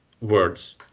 words